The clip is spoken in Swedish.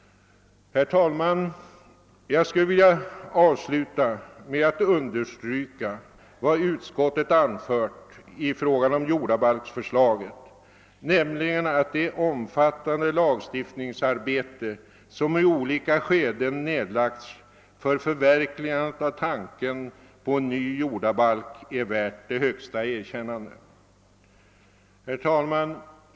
Herr talman! Jag skulle vilja avsluta med att understryka vad utskottet anfört i fråga om jordabalksförslaget, nämligen att det omfattande lagstiftningsarbete som i olika skeden ned lagts för förverkligandet av tanken på en ny jordabalk är värt det högsta erkännande. Herr talman!